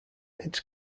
its